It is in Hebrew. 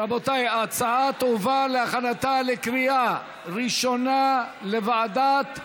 ההצעה תועבר להכנתה לקריאה ראשונה לוועדת,